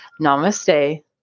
namaste